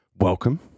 welcome